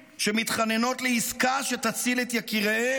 שמתחננות לעסקה שתציל את יקיריהם?